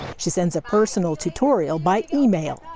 she sends a personal tutorial by email.